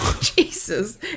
Jesus